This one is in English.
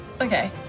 Okay